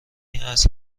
است